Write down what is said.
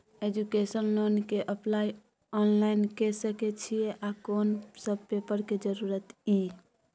Education loan के apply online के सके छिए आ कोन सब पेपर के जरूरत इ?